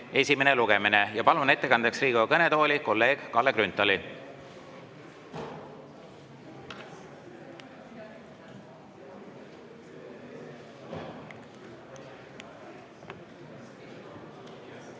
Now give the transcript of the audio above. esimene lugemine. Palun ettekandeks Riigikogu kõnetooli kolleeg Kalle Grünthali.